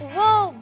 Whoa